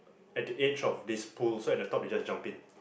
at the edge of this pull so at the top they just jump in